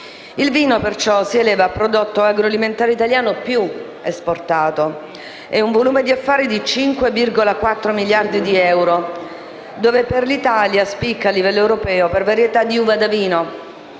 Il vino, perciò, si eleva a prodotto agroalimentare italiano più esportato: un volume di affari di 5,4 miliardi di euro, dove l'Italia spicca a livello europeo per varietà di uva da vino